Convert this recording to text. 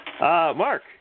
Mark